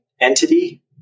entity